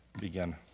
begin